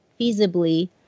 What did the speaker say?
feasibly